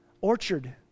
Orchard